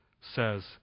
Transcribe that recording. says